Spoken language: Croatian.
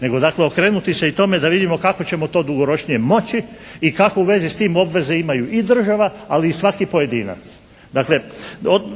nego dakle okrenuti se i tome da vidimo kako ćemo to dugoročnije moći i kako u vezi s tim obveze imaju i država ali i svaki pojedinac. Dakle